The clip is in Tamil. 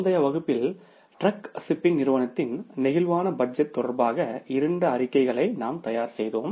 முந்தைய வகுப்பில் ட்ரெக் ஷிப்பிங் கம்பெனி ன் பிளேக்சிபிள் பட்ஜெட் தொடர்பாக இரண்டு அறிக்கைகளையும் நாம் தயாரிக்கிறோம்